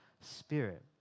spirit